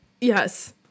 Yes